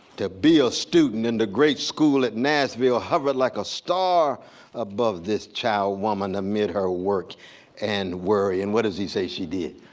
to be a student in the great school at nashville hovered like a star above this child woman amid her work and worry. and what does he say she did?